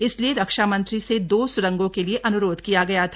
इसलिए रक्षा मंत्री से दो स्रंगों के लिए अन्रोध किया गया था